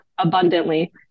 abundantly